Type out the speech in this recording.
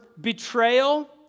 betrayal